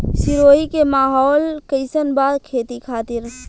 सिरोही के माहौल कईसन बा खेती खातिर?